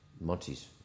Monty's